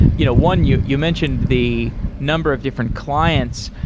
you know one, you you mentioned the number of different clients.